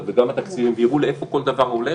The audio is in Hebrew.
וגם התקציבים וייראו לאיפה כל דבר הולך,